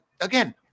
again